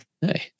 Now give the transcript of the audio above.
Hey